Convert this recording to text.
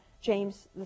James